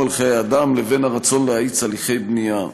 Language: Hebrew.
על חיי אדם לבין הרצון להאיץ הליכי בנייה.